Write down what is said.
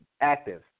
active